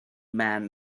man